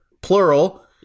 plural